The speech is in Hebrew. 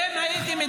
הכול הם ידעו.